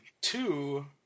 two